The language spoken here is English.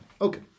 Okay